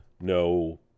no